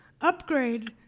upgrade